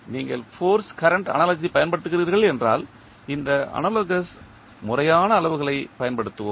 நீங்கள் force current analogy பயன்படுத்துகிறீர்கள் என்றால் இந்த அனாலோகஸ் முறையான அளவுகளைப் பயன்படுத்துவோம்